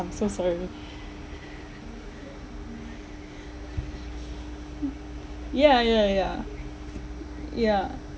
I'm so sorry ya ya ya yeah